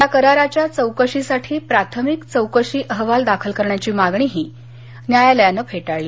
या कराराच्या चौकशीसाठी प्राथमिक चौकशी अहवाल दाखल करण्याची मागणीही न्यायालयानं फेटाळली